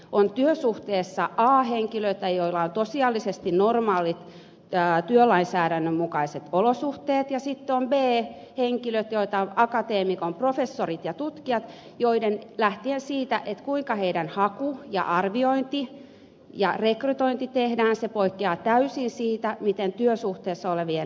on työsuhteessa a henkilöitä joilla on tosiasiallisesti normaalit työlainsäädännön mukaiset olosuhteet ja sitten on b henkilöitä joita ovat akatemiaprofessorit ja tutkijat joilla tilanne lähtien siitä kuinka heidän hakunsa arviointinsa ja rekrytointinsa tehdään poikkeaa täysin siitä miten on laita työsuhteessa olevien henkilöiden